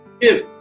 give